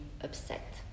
upset